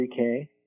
3K